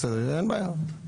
בסדר, אין בעיה.